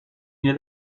nie